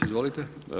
Izvolite.